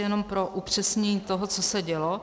Jenom pro upřesnění toho, co se dělo.